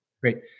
Great